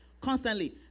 constantly